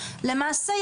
למעשה,